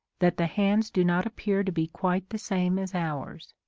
that the hands do not appear to be quite the same as ours.